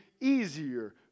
easier